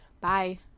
Bye